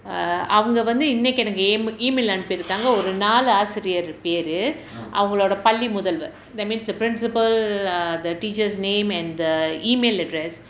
err அவங்க வந்து இன்னைக்கு எனக்கு:avanga vanthu innaikku enakku aim email அனுப்பி இருக்காங்க ஒரு நாலு ஆசிரியர் பெயரு அவங்களோட பள்ளி முதல்வர்:anuppi irukkaanga oru naalu aasiriyer peyaru avngaloda palli muthalvar that means the principal err the teacher's name and err email address